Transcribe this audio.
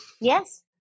Yes